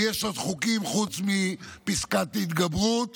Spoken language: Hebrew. ויש עוד חוקים חוץ מפסקת ההתגברות